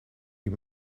you